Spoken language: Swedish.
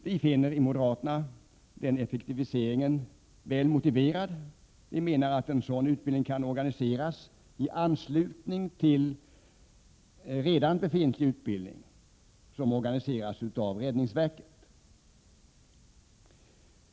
Vi moderater finner denna effektivisering väl motiverad och menar att en sådan utbildning kan organiseras i anslutning till redan befintlig utbildning, som organiseras av räddningsverket.